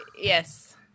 Yes